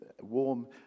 warm